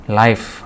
life